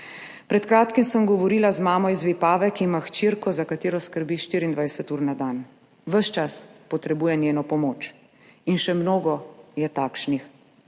Pred kratkim sem govorila z mamo iz Vipave, ki ima hčerko, za katero skrbi 24 ur na dan, ves čas potrebuje njeno pomoč. Mnogo je še takšnih.